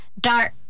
Dark